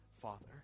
Father